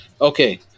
Okay